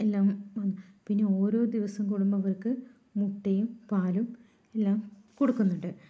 എല്ലാം പിന്നെ ഓരോ ദിവസം കൂടുമ്പോൾ ഇവര്ക്ക് മുട്ടയും പാലും എല്ലാം കൊടുക്കുന്നുണ്ട്